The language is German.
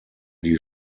die